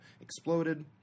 exploded